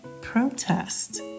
protest